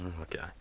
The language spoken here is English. Okay